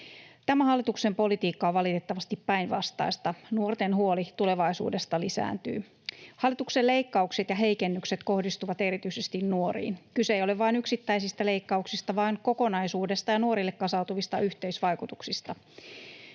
Tämän hallituksen politiikka on valitettavasti päinvastaista: nuorten huoli tulevaisuudesta lisääntyy. Hallituksen leikkaukset ja heikennykset kohdistuvat erityisesti nuoriin. Kyse ei ole vain yksittäisistä leikkauksista vaan kokonaisuudesta ja nuorille kasautuvista yhteisvaikutuksista.